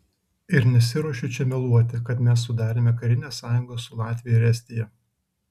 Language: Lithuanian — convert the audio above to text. ir nesiruošiu čia meluoti kad mes sudarėme karinę sąjungą su latvija ir estija